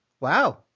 Wow